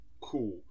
cool